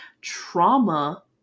trauma